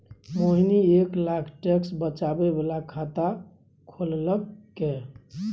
मोहिनी एक लाख टैक्स बचाबै बला खाता खोललकै